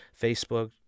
Facebook